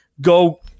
go